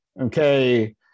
Okay